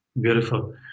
Beautiful